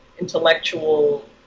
intellectual